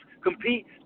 compete